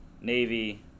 Navy